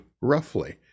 roughly